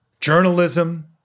journalism